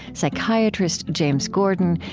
psychiatrist james gordon,